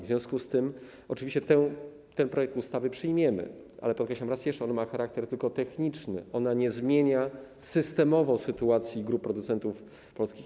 W związku z tym oczywiście ten projekt ustawy przyjmiemy, ale podkreślam raz jeszcze: ona ma charakter tylko techniczny, ona nie zmienia systemowo sytuacji grup producentów polskich.